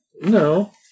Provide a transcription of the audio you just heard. No